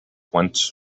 once